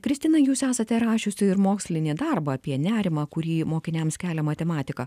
kristina jūs esate rašiusi ir mokslinį darbą apie nerimą kurį mokiniams kelia matematika